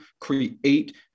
create